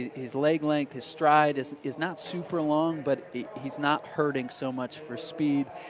his leg length. his stride is is not super long. but he's not hurting so much for speed.